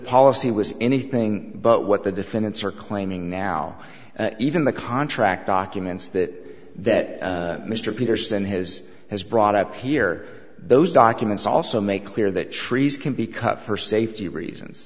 policy was anything but what the defendants are claiming now even the contract documents that that mr peterson has has brought up here those documents also make clear that trees can be cut for safety reasons